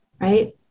right